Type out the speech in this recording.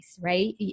right